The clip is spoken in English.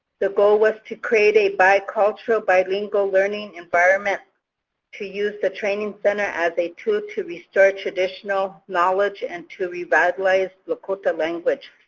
the goal was to create a bi-cultural, b-ilingual learning environment to use the training center as a tool to restore traditional knowledge and to revitalize lakota language.